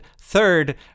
third